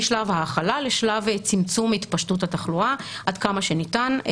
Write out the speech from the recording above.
משלב ההכלה לשלב צמצום התפשטות התחלואה עד כמה שניתן,